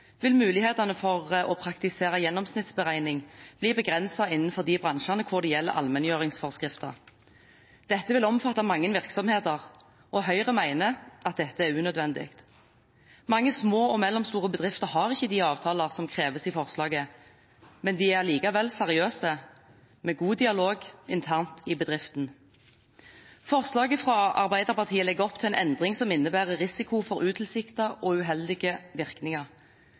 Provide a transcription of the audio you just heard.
vil mulighetene for å praktisere gjennomsnittsberegning bli begrenset innenfor de bransjene hvor allmenngjøringsforskrifter gjelder. Dette vil omfatte mange virksomheter, og Høyre mener at dette er unødvendig. Mange små og mellomstore bedrifter har ikke de avtaler som kreves i forslaget, men de er allikevel seriøse, med god dialog internt i bedriften. Forslaget fra Arbeiderpartiet legger opp til en endring som innebærer risiko for utilsiktede og uheldige virkninger,